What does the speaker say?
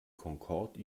concorde